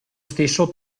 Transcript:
stesso